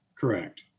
Correct